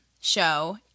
show